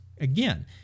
again